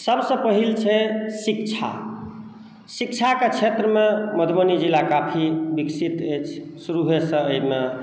सबसँ पहिल छै शिक्षा शिक्षा के क्षेत्र मे मधुबनी जिला काफी विकसित अछि शुरूए सँ एहिमे